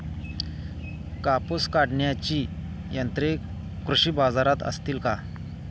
कापूस काढण्याची यंत्रे कृषी बाजारात असतील का?